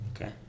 Okay